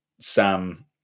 Sam